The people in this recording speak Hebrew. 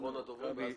אחרון הדוברים.